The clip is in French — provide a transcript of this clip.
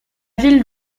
ville